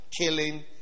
killing